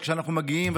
כשאנחנו מגיעים,